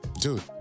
Dude